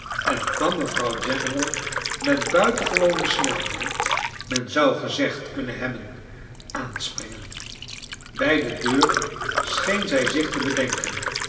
en kwam mevrouw general met buitengewone snelheid men zou kleine dorrit gezegd kunnen hebben aansprin gen bij de deur scheen zij zich te bedenken